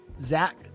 Zach